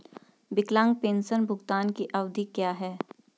विकलांग पेंशन भुगतान की अवधि क्या है?